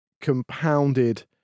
compounded